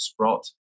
Sprot